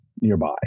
nearby